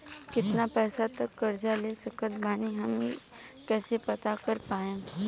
केतना पैसा तक कर्जा ले सकत बानी हम ई कइसे पता कर पाएम?